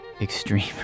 extreme